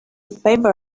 favor